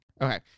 Okay